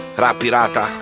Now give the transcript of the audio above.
rapirata